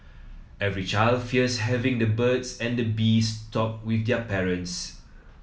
every child fears having the birds and the bees talk with their parents